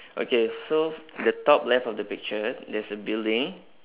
okay so the top left of the picture there's a building